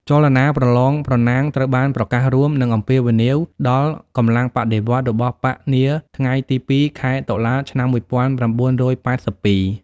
ចលនាប្រលង ប្រណាំងត្រូវបានប្រកាសរួមនិងអំពាវនាវដល់កម្លាំងបដិវត្តន៍របស់បក្សនាថ្ងៃទី២ខែតុលាឆ្នាំ ១៩៨២។